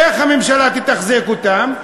איך הממשלה תתחזק אותם?